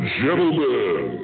gentlemen